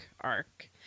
arc